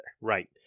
Right